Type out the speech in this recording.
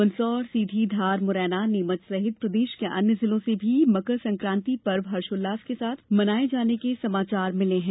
मंदसौर सीधी धार मुरैना नीमच सहित प्रदेश के अन्य जिलों से भी मकर संक्रांति का पर्व हर्षोल्लास के साथ मनाये जाने के समाचार मिले हैं